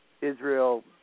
Israel